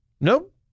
Nope